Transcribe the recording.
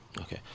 Okay